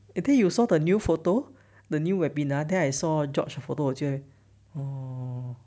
eh then you saw the new photo the new webinar that I saw george the photo 我就哦